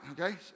okay